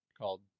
called